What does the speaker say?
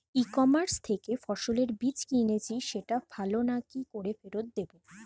ই commerce থেকে ফসলের বীজ কিনেছি সেটা ভালো না কি করে ফেরত দেব?